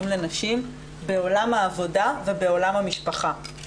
לנשים בעולם העבודה ובעולם המשפחה.